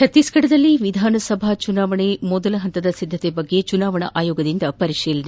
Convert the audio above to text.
ಛತ್ತೀಸ್ಘಡದಲ್ಲಿ ವಿಧಾನಸಭಾ ಚುನಾವಣೆ ಮೊದಲ ಹಂತದ ಸಿದ್ದತೆ ಬಗ್ಗೆ ಚುನಾವಣಾ ಆಯೋಗದಿಂದ ಪರಿಶೀಲನೆ